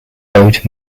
road